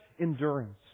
endurance